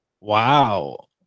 wow